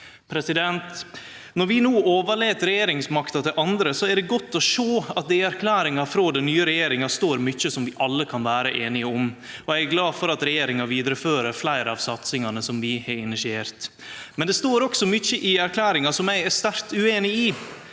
utdanning. Når vi no overlèt regjeringsmakta til andre, er det godt å sjå at det i erklæringa frå den nye regjeringa står mykje som vi alle kan vere einige om, og eg er glad for at regjeringa fører vidare fleire av satsingane som vi har initiert. Men det står også mykje i erklæringa som eg er sterkt ueinig i,